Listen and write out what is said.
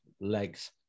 legs